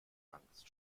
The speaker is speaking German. angst